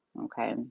Okay